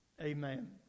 Amen